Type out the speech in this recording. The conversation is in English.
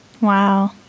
Wow